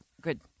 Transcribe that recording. good